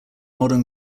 modern